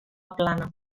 plana